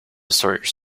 sort